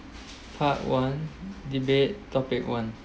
part one debate topic one